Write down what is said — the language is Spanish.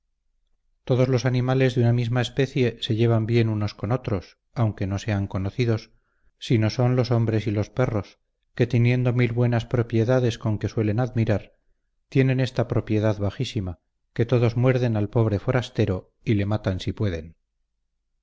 todos los animales de una misma especie se llevan bien unos con otros aunque no sean conocidos sino son los hombres y los perros que teniendo mil buenas propiedades con que suelen admirar tienen esta propiedad bajísima que todos muerden al pobre forastero y le matan si pueden